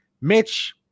Mitch